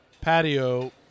patio